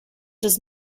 does